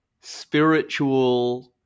spiritual